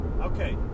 Okay